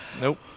Nope